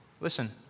listen